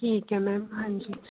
ਠੀਕ ਹੈ ਮੈਮ ਹਾਂਜੀ